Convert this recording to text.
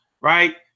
right